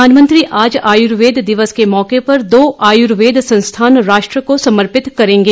प्रधानमंत्री आज आयुर्वेद दिवस के मौके पर दो आयुर्वेद संस्थान राष्ट्र को समर्पित करेंगे